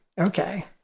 okay